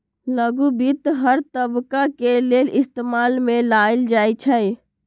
लघु वित्त हर तबका के लेल इस्तेमाल में लाएल जाई छई